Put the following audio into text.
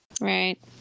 right